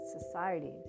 society